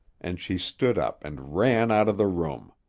and she stood up and ran out of the room.